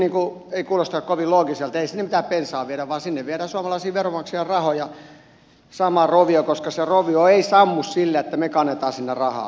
jotenkin ei kuulosta kovin loogiselta ei sinne mitään bensaa viedä vaan sinne viedään suomalaisten veronmaksa jien rahoja samaan rovioon koska se rovio ei sammu sillä että me kannamme sinne rahaa